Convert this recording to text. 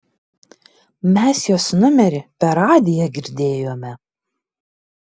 mes jos numerį per radiją girdėjome